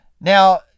Now